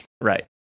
Right